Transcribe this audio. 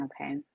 okay